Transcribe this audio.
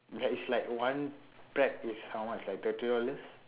that is like one prep is how much like thirty dollars